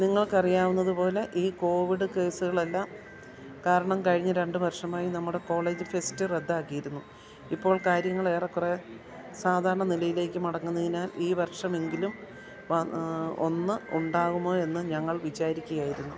നിങ്ങൾക്കറിയാവുന്നതുപോലെ ഈ കോവിഡ് കേസുകളെല്ലാം കാരണം കഴിഞ്ഞ രണ്ട് വർഷമായി നമ്മുടെ കോളേജ് ഫെസ്റ്റ് റദ്ദാക്കിയിരുന്നു ഇപ്പോൾ കാര്യങ്ങൾ ഏറേക്കുറെ സാധാരണ നിലയിലേക്ക് മടങ്ങുന്നതിനാൽ ഈ വർഷമെങ്കിലും ഒന്ന് ഉണ്ടാകുമോ എന്ന് ഞങ്ങൾ വിചാരിക്കുകയായിരുന്നു